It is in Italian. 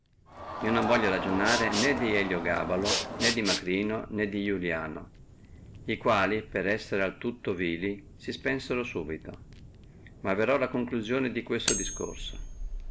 io non voglio ragionare né di eliogabalo né di macrino né di iuliano li quali per essere al tutto contennendi si spensono subito ma verrò alla conclusione di questo discorso